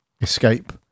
escape